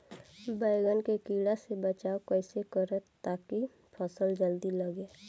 बैंगन के कीड़ा से बचाव कैसे करे ता की फल जल्दी लगे?